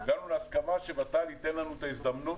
הגענו להסכמה שוות"ל ייתן לנו את ההזדמנות